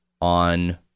on